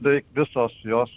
beveik visos jos